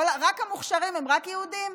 המוכשרים הם רק יהודים?